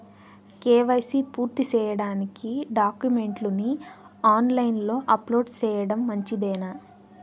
KYC పూర్తి సేయడానికి డాక్యుమెంట్లు ని ఆన్ లైను లో అప్లోడ్ సేయడం మంచిదేనా?